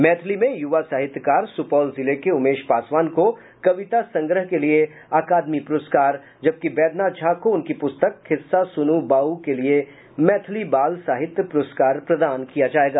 मैथिली में यूवा साहित्यकार सुपौल जिले के उमेश पासवान को कविता संग्रह के लिए अकादमी पुरस्कार जबकि वैद्यनाथ झा को उनकी पुस्तक खिस्सा सुनू बाऊ के लिए मैथिली बाल साहित्य पूरस्कार प्रदान किया जायेगा